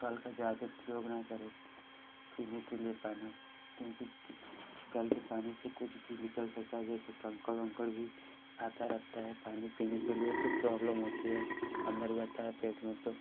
कल का ज़्यादे प्रयोग न करें पीने के लिए पानी क्योंकि कल के पानी से कुछ भी निकल सकता है जैसे कंकड़ उंकड़ भी आता रहता है पानी पीने के लिए तो प्रॉब्लम होती है अन्दर जाता है पेट में तो